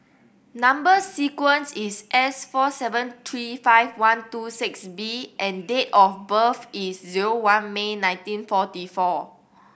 number sequence is S four seven three five one two six B and date of birth is zero one May nineteen forty four